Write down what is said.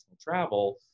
travel